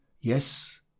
Yes